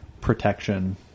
protection